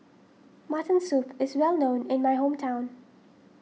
Mutton Soup is well known in my hometown